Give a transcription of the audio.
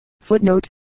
Footnote